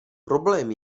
problém